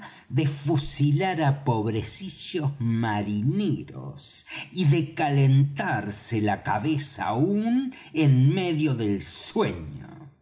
de fusilar á pobrecillos marineros y de calentarse la cabeza aun en medio del sueño